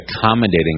accommodating